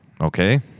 Okay